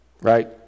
Right